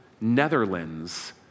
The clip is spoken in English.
Netherlands